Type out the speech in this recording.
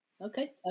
Okay